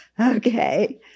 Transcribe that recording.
okay